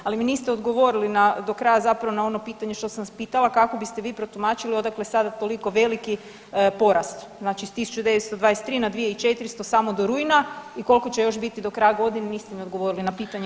Ali mi niste odgovorili do kraja zapravo na ono pitanje što sam vas pitala, kako biste vi protumačili odakle sada toliko veliki porast s 1923 na 2400 samo do rujna i koliko će još biti do kraja godine niste mi odgovorili na pitanje.